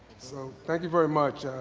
so thank you very much.